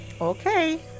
Okay